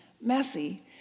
messy